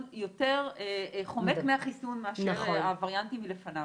יותר חומק מהחיסון מאשר הווריאנטים שלפניו.